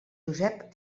josep